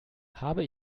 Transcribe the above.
habe